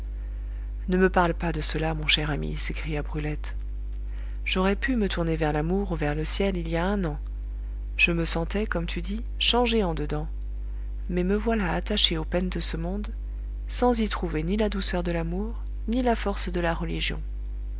ne me parle pas de cela mon cher ami s'écria brulette j'aurais pu me tourner vers l'amour ou vers le ciel il y a un an je me sentais comme tu dis changée en dedans mais me voilà attachée aux peines de ce monde sans y trouver ni la douceur de l'amour ni la force de la religion